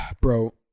bro